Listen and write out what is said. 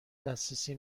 دسترسی